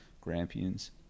grampians